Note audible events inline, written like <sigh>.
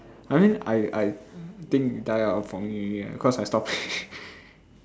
I mean I I think die out for me already cause I stop <laughs>